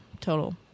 total